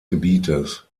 gebietes